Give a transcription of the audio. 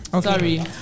Sorry